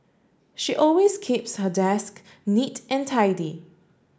she always keeps her desk neat and tidy